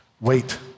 Wait